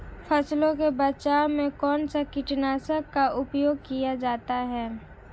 फसलों के बचाव में कौनसा कीटनाशक का उपयोग किया जाता है?